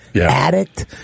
addict